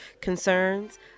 concerns